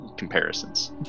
Comparisons